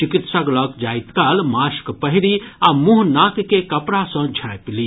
चिकित्सक लग जाइत काल मास्क पहिरी आ मुंह नाक के कपड़ा सँ झांपि ली